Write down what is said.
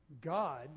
God